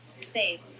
save